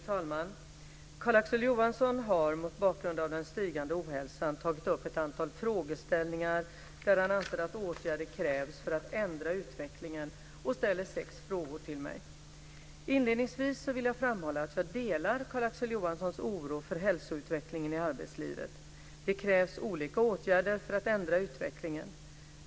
Fru talman! Carl-Axel Johansson har mot bakgrund av den stigande ohälsan tagit upp ett antal frågeställningar där han anser att åtgärder krävs för att ändra utvecklingen och ställer sex frågor till mig. Inledningsvis vill jag framhålla att jag delar Carl Axel Johanssons oro för hälsoutvecklingen i arbetslivet. Det krävs olika åtgärder för att ändra utvecklingen.